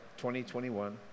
2021